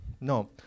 no